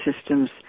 systems